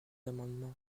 amendements